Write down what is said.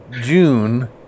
June